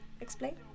explain